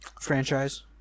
franchise